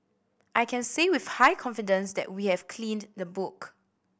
I can say with high confidence that we have cleaned the book